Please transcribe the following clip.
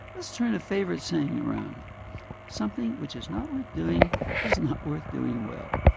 let's turn a favourite saying around something which is not worth doing is not worth doing well!